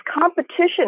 competition